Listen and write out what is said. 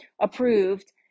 approved